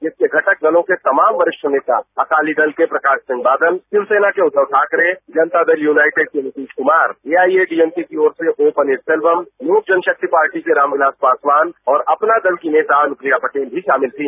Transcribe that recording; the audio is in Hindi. जिसके घटक दलों के तमाम वरिष्ठ नेता अकाली दल के प्रकाश सिंह बादल शिवसेना के उद्वव ठाकरे जनतादल यूनाइटेड के नीतीश कुमार एआईएडीएमके पार्टी की ओर से पन्नीर सेल्वम लोक जनशाक्ति पार्टी के रामविलास पासवान और अपना दल की नेता अनुप्रिया पटेल भी शामिल थी